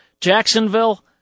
Jacksonville